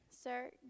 Sir